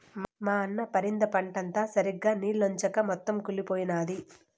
మా అన్న పరింద పంటంతా సరిగ్గా నిల్చొంచక మొత్తం కుళ్లిపోయినాది